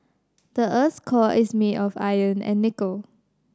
the earth's core is made of iron and nickel